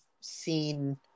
seen